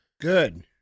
Good